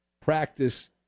practice